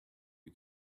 you